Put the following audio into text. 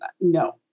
No